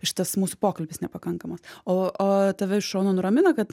šitas mūsų pokalbis nepakankamas o o tave iš šono nuramina kad